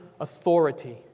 authority